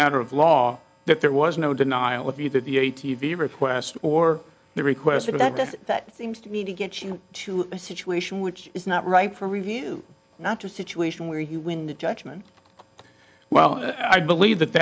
matter of law that there was no denial of either the a t v requests or the requests for that that seems to me to get you to a situation which is not right for review not just situation where you win the judgment well i believe that